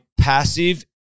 passive